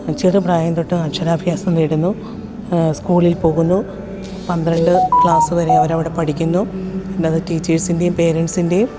ചെറുപ്രായം തൊട്ട് അക്ഷരാഭ്യാസം നേടുന്നു സ്കൂളിൽ പോകുന്നു പന്ത്രണ്ട് ക്ലാസ് വരെ അവർ അവിടെ പഠിക്കുന്നു പിന്നത് ടീച്ചേഴ്സിന്റെയും പെരെൻസിൻ്റെയും